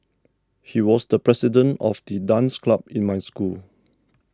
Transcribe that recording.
he was the president of the dance club in my school